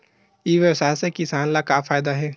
ई व्यवसाय से किसान ला का फ़ायदा हे?